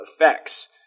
effects